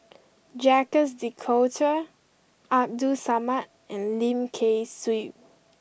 Jacques De Coutre Abdul Samad and Lim Kay Siu